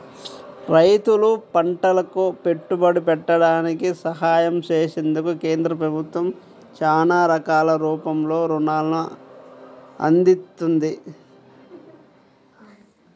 రైతులు పంటలకు పెట్టుబడి పెట్టడానికి సహాయం చేసేందుకు కేంద్ర ప్రభుత్వం చానా రకాల రూపంలో రుణాల్ని అందిత్తంది